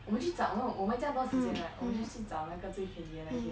我们去找那种我们这样多时间 right 我们 just 去找那个最便宜的那一天了